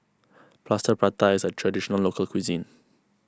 Plaster Prata is a Traditional Local Cuisine